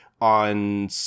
on